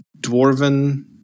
Dwarven